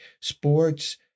sports